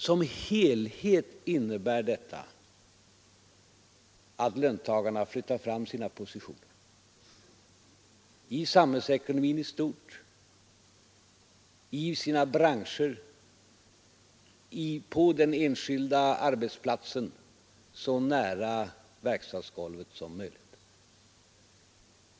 Som helhet innebär detta att löntagarna flyttar fram sina positioner så mycket som möjligt: i samhällsekonomin i stort, i sina branscher, på den enskilda arbetsplatsen och på verkstadsgolvet.